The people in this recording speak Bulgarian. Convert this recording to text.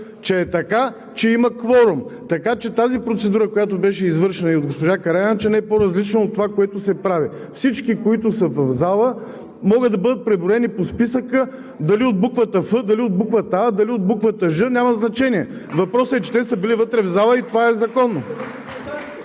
е подписал, че има кворум! Така че тази процедура, която беше извършена от госпожа Караянчева, не е по-различна от това, което се прави. Всички, които са в залата, могат да бъдат преброени по списъка – дали от буквата „Ф“, дали от буквата „А“, дали от буквата „Ж“ няма значение! Въпросът е, че те са били вътре в залата и това е законно!